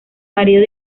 marido